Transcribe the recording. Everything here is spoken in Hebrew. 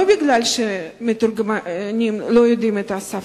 לא כי המתורגמנים לא יודעים את השפה,